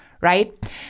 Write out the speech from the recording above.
right